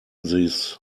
this